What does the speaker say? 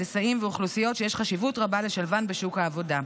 הנדסאים ואוכלוסיות שיש חשיבות רבה לשילובן בשוק העבודה.